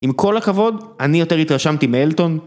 עם כל הכבוד, אני יותר התרשמתי מאלטון